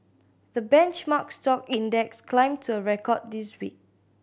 the benchmark stock index climbed to a record this week